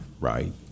right